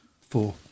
four